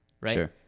right